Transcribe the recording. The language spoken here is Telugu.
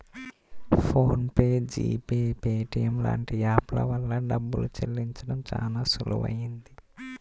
phone pay, G Pay, Paytm లాంటి యాప్ ల వల్ల డబ్బుల్ని చెల్లించడం చానా సులువయ్యింది